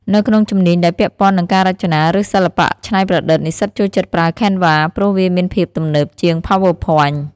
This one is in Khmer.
នៅក្នុងជំនាញដែលពាក់ព័ន្ធនឹងការរចនា ឬ សិល្បៈច្នៃប្រឌិត និស្សិតចូលចិត្តប្រើ Canva ព្រោះវាមានភាពទំនើបជាង PowerPoint។